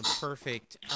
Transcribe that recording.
perfect